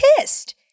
pissed